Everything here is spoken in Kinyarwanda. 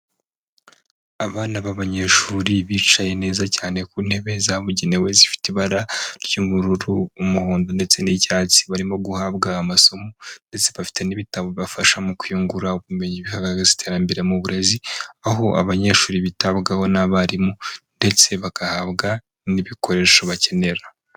Abana b'abanyeshuri bicaye neza cyane, ku ntebe zabugenewe zifite ibara ry'ubururu, umuhondo ndetse n'icyatsi. Barimo guhabwa amasomo, ndetse bafite n'ibitabo bibafasha; mu kwiyungura ubumenyi. Bigaragaza iterambere mu burezi, aho abanyeshuri bitabwaho n'abarimu, ndetse bagahabwa n'ibikoresho bakenera.